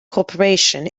corporation